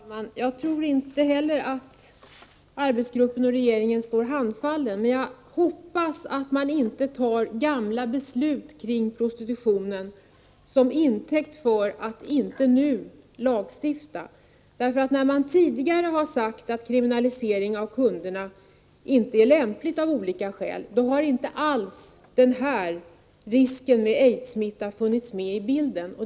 Herr talman! Jag tror inte heller att arbetsgruppen eller regeringen står handfallna, men jag hoppas att man inte tar gamla beslut kring prostitutionen till intäkt för att inte lagstifta nu. När man tidigare har sagt att en kriminalisering av kunderna av olika skäl inte vore lämplig, har inte alls risken för AIDS-smitta funnits med i bilden.